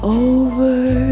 over